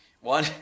one